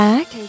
Back